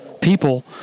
people